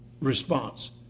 response